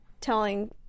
telling